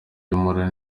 y’umura